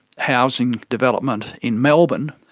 housing development in melbourne.